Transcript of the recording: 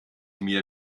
mir